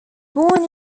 born